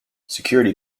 security